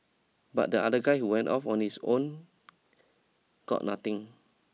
but the other guy who went off on his own got nothing